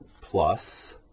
plus